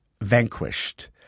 vanquished